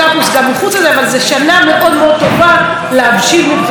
זו שנה מאוד טובה להבשיל מבחינה אידיאולוגית.